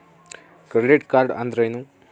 Credit card ಅಂದ್ರೇನು?